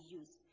use